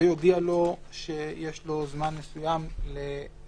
ויודיע לו שיש לו זמן מסוים להפקיד